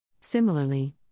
Similarly